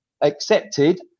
accepted